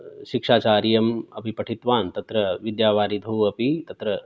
शिक्षाचार्यम् अपि पठितवान् तत्र विद्यावारिधौ अपि तत्र